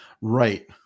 right